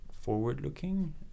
forward-looking